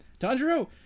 Tanjiro